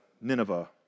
Nineveh